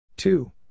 Two